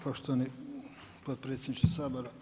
Poštovani potpredsjedniče Sabora.